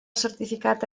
certificat